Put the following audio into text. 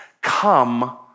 come